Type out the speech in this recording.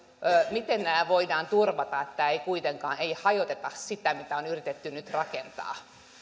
miten nämä voidaan turvata että ei kuitenkaan hajoteta sitä mitä on yritetty nyt rakentaa